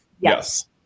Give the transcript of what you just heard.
Yes